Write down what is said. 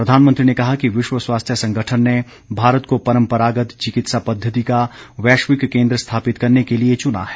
प्रधानमंत्री ने कहा कि विश्व स्वास्थ्य संगठन ने भारत को परंपरागत चिकित्सा पद्धति का वैश्विक केंद्र स्थापित करने के लिए चुना है